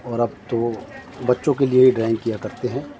اور اب تو بچوں کے لیے ہی ڈرائنگ کیا کرتے ہیں